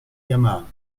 yamaha